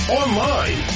online